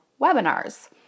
webinars